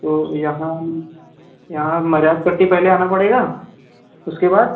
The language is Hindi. तो यहाँ यहाँ मर्याद पट्टी पहले आना पड़ेगा उसके बाद